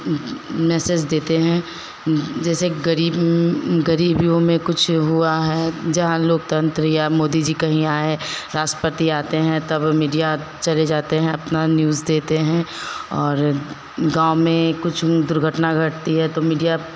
message देते हैं जैसे ग़रीब ग़रीब लोग में कुछ हुआ है जहाँ लोकतंत्र या मोदी जी कहीं आए राष्ट्रपति आते हैं तब मीडिया चले जाते हैं अपना न्यूज़ देते हैं और गाँव में कुछ दुर्घटना घटती है तो मीडिया तुरंत